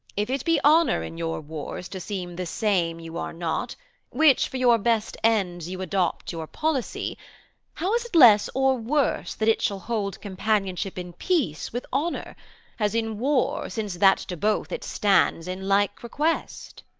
if it be honour in your wars to seem the same you are not which for your best ends you adopt your policy how is it less or worse that it shall hold companionship in peace with honour as in war since that to both it stands in like request?